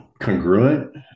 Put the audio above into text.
congruent